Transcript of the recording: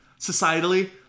Societally